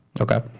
Okay